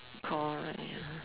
call Reyna